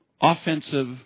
offensive